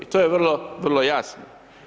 To je vrlo jasno.